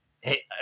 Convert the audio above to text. hey